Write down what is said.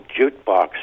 jukebox